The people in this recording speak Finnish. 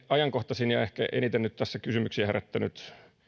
ajankohtaisin ja ehkä eniten tässä nyt kysymyksiä herättänyt